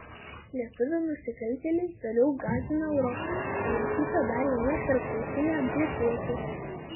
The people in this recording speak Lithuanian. lietuvių nusikaltėliai toliau gąsdina europą sulaikyta dar viena tarptautinė grupuotė